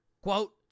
Quote